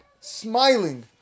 smiling